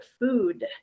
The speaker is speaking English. food